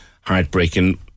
heartbreaking